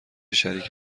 شریک